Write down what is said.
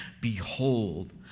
behold